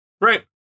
Right